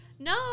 No